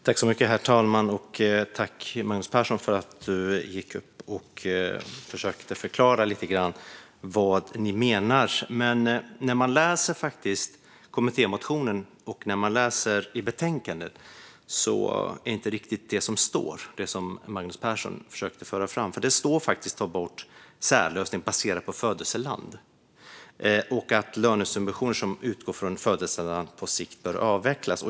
Herr talman! Tack, Magnus Persson, för att du försökte förklara vad ni menar! När man läser kommittémotionen och i betänkandet ser man dock att det som står inte riktigt är det som Magnus Persson försökte föra fram. Det står faktiskt att man vill ta bort särlösningar baserade på födelseland och att lönesubventioner som utgår från födelseland på sikt bör avvecklas.